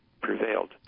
prevailed